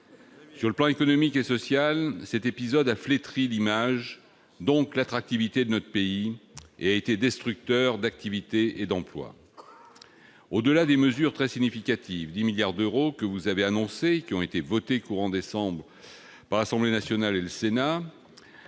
Sur le plan économique et social, cet épisode a flétri l'image, et donc l'attractivité, de notre pays et a été destructeur d'activités et d'emplois. Au-delà des mesures très significatives- 10 milliards d'euros -que vous avez annoncées et qui ont été votées courant décembre par l'Assemblée nationale et le Sénat,